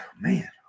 man